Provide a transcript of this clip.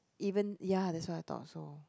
even ya that's what I thought also